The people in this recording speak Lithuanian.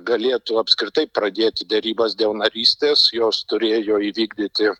galėtų apskritai pradėti derybas dėl narystės jos turėjo įvykdyti